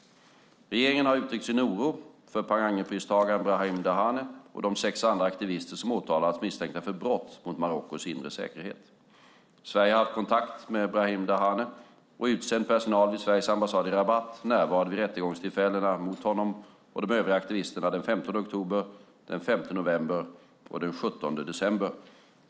Regeringen har uttryckt sin oro för Per Anger-pristagaren Brahim Dahane och de sex andra aktivister som åtalats misstänkta för brott mot Marockos inre säkerhet. Sverige har haft kontakt med Brahim Dahane och utsänd personal vid Sveriges ambassad i Rabat närvarade vid rättegångstillfällena mot honom och de övriga aktivisterna den 15 oktober, den 5 november och den 17 december.